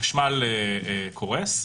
חשמל קורס,